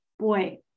boy